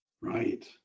Right